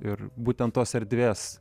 ir būtent tos erdvės